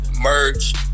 merge